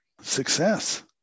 success